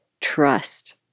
trust